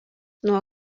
nuo